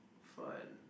fun